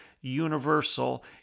universal